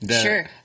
Sure